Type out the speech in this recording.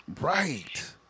right